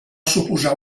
suposar